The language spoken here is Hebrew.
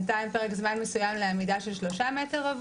נתן פרק מסוים לעמידה ב-3 מ"ר,